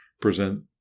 present